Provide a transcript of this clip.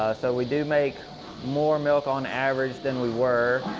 so we do make more milk, on average than we were.